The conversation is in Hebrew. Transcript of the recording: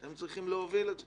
אתם צריכים להוביל את זה,